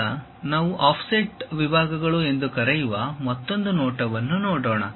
ಈಗ ನಾವು ಆಫ್ಸೆಟ್ ವಿಭಾಗಗಳು ಎಂದು ಕರೆಯುವ ಮತ್ತೊಂದು ನೋಟವನ್ನು ನೋಡೋಣ